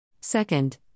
Second